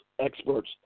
experts